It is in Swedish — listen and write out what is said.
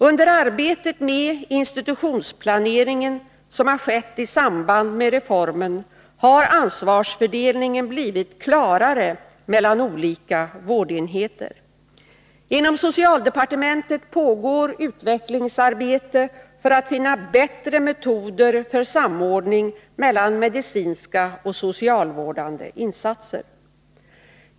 Under arbetet med institutionsplaneringen, som har skett i samband med reformen, har ansvarsfördelningen blivit klarare mellan olika vårdenheter. Inom socialdepartementet pågår utvecklingsarbete för att finna bättre metoder för samordning mellan medicinska och socialvårdande insatser.